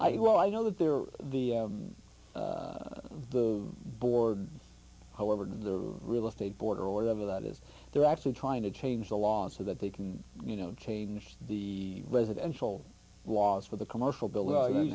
i well i know that there are the the board however of the real estate board or whatever that is they're actually trying to change the laws so that they can you know change the residential laws for the commercial building